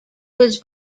was